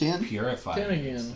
purify